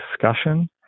discussion